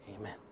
Amen